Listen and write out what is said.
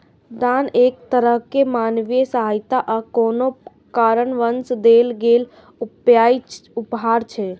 दान एक तरहक मानवीय सहायता आ कोनो कारणवश देल गेल उपहार छियै